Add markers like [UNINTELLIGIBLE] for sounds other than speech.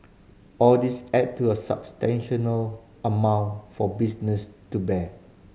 all these add to a [UNINTELLIGIBLE] amount for businesses to bear